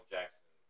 Jackson